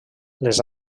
les